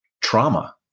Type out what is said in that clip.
trauma